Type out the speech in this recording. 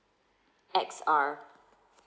X R